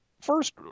first